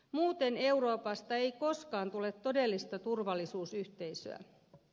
muuten euroopasta ei koskaan tule todellista turvallisuusyhteisöä